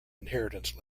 inheritance